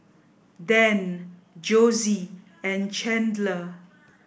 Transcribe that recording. Dann Josie and Chandler